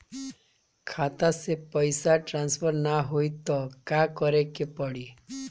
खाता से पैसा ट्रासर्फर न होई त का करे के पड़ी?